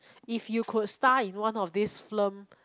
if you could star in one of this flim